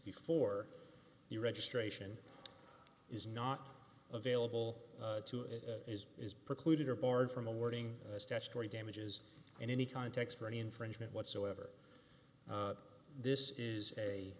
before the registration is not available to it is is precluded or barred from awarding statutory damages in any context for any infringement whatsoever this is a